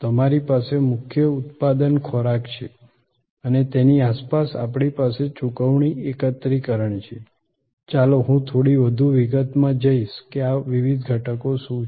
તમારી પાસે મુખ્ય ઉત્પાદન ખોરાક છે અને તેની આસપાસ આપણી પાસે ચુકવણી એકત્રીકરણ છે ચાલો હું થોડી વધુ વિગતમાં જઈશ કે આ વિવિધ ઘટકો શું છે